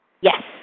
Yes